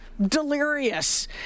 Delirious